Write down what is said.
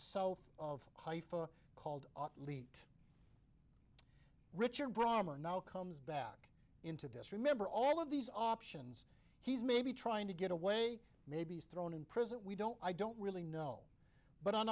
south of haifa called lete richard brommer now comes back into this remember all of these options he's maybe trying to get away maybe he's thrown in prison we don't i don't really know but on